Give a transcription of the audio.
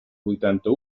huitanta